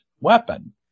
weapon